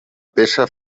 peça